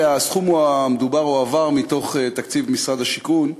הסכום המדובר הועבר מתוך תקציב משרד השיכון.